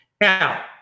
Now